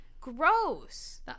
Gross